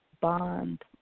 bond